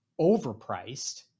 overpriced